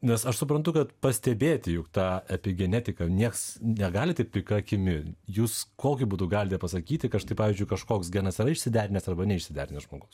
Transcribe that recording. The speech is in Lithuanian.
nes aš suprantu kad pastebėti juk tą epi genetiką nieks negali taip plika akimi jūs kokiu būdu galite pasakyti kad štai pavyzdžiui kažkoks genas yra išsiderinęs arba neišsiderinęs žmogus